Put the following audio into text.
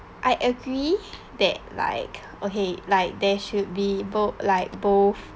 I agree that like okay like there should be both like both